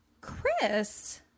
Chris